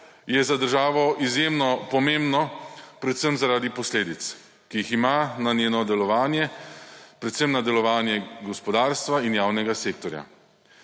je za državo izjemno pomembno predvsem, zaradi posledic, ki jih ima na njeno delovanje predvsem na delovanje gospodarstva in javnega sektorja.